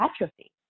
atrophy